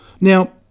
Now